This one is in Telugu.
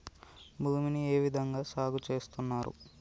భూమిని ఏ విధంగా సాగు చేస్తున్నారు?